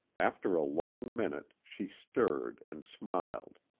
after a long minute, she stirred and smiled.